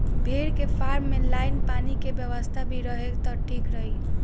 भेड़ के फार्म में लाइन पानी के व्यवस्था भी रहे त ठीक रही